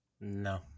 No